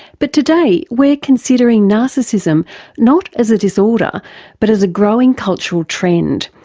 but today we are considering narcissism not as a disorder but as a growing cultural trend,